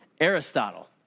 Aristotle